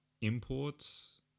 imports